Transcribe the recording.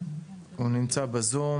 הוא נמצא בזום,